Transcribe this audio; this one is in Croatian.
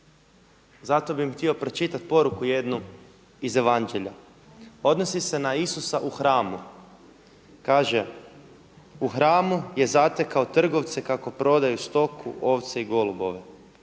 zato bi im htio pročitati poruku jednu iz Evanđelja. Odnosi se na Isusa u hramu. Kaže: „U hramu je zatekao trgovce kako prodaju stoku, ovce i golubove.